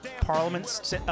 parliament